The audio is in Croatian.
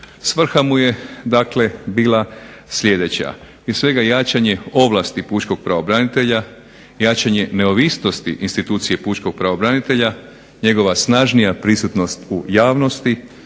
Svrha mu je dakle bila sljedeća: prije svega jačanje ovlasti pučkog pravobranitelja, jačanje neovisnosti institucije pučkog pravobranitelja, njegova snažnija prisutnost u javnosti